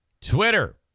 Twitter